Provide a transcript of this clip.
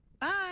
Bye